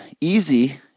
easy